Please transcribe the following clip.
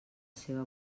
seva